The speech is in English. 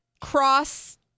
cross